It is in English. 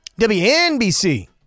WNBC